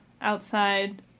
outside